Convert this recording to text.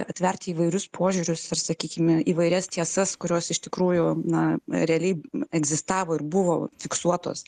atverti įvairius požiūrius ir sakykime įvairias tiesas kurios iš tikrųjų na realiai egzistavo ir buvo fiksuotos